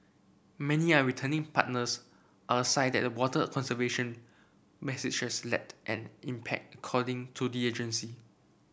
many are returning partners are sign that the water conservation message has an impact according to the agency